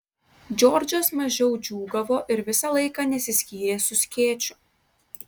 džordžas mažiau džiūgavo ir visą laiką nesiskyrė su skėčiu